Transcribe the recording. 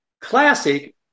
classic